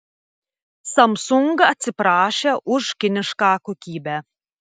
samsung atsiprašė už kinišką kokybę